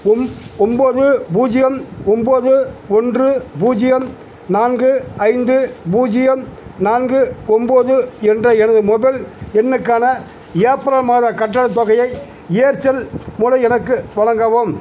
one ஒன்போது பூஜ்யம் ஒன்போது ஒன்று பூஜ்யம் நான்கு ஐந்து பூஜ்யம் நான்கு ஒன்போது என்ற எனது மொபைல் எண்ணுக்கான ஏப்ரல் மாதக் கட்டணத் தொகையை ஏர்செல் மூலம் எனக்கு வழங்கவும்